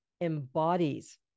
embodies